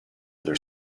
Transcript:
their